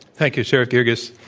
thank you, sherif girgis.